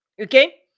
okay